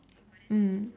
mm